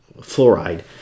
fluoride